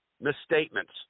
misstatements